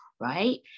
right